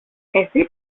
εσύ